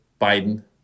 Biden